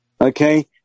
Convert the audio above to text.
Okay